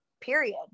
period